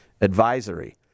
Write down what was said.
advisory